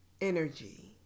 energy